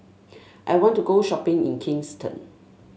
I want to go shopping in Kingston